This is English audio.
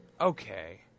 Okay